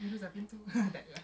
ah confirm zumba